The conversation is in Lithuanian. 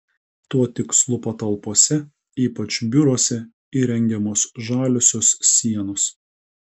tuo tikslu patalpose ypač biuruose įrengiamos žaliosios sienos